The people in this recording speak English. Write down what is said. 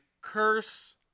curse